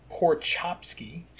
Porchopsky